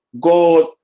God